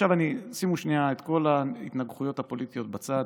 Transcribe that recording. שימו את כל ההתנגחויות הפוליטיות שנייה בצד,